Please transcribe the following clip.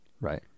Right